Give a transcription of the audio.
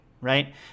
right